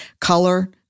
color